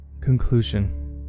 Conclusion